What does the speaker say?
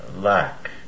lack